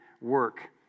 work